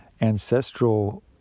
ancestral